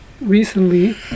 recently